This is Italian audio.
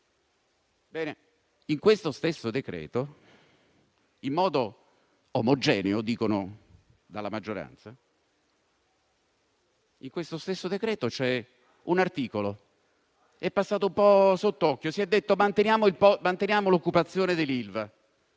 in questo stesso decreto-legge, in modo omogeneo, dicono dalla maggioranza, c'è però anche un articolo, che è passato un po' sotto traccia. Si è detto: manteniamo l'occupazione dell'Ilva.